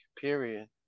period